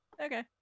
Okay